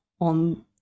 on